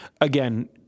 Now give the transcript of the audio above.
again